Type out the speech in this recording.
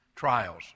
trials